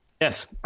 Yes